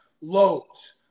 loads